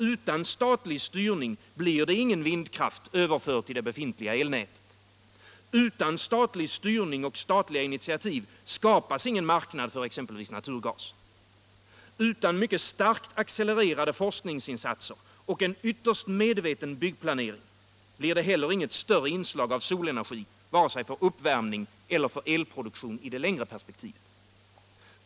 Utan statlig styrning blir ingen vindkraft överförd till det befintliga elnätet. Utan statlig styrning och statliga initiativ skapas det ingen marknad för exempelvis naturgas. Utan mycket starkt accelererade forskningsinsatser och en ytterst medveten byggplanering blir det heller inget större inslag av solenergi, vare sig för uppvärmning eller för elproduktion i det längre perspektivet.